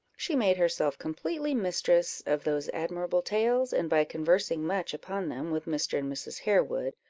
she made herself completely mistress of those admirable tales, and by conversing much upon them with mr. and mrs. harewood,